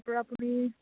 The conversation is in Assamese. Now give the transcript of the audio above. তাৰপৰা আপুনি